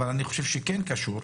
אבל אני חושב שכן קשור,